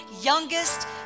youngest